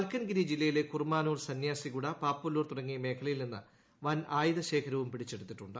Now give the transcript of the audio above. മൽക്കൻഗിരി ജില്ലയിലെ കുർമാനൂർ സന്യാസിഗുഡ പാപ്പൂലൂർ തുട ങ്ങിയ മേഖയിൽ നിന്ന് വൻ ആയുധശേഖരവും പിടിച്ചെടുത്തിട്ടുണ്ട്